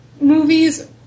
movies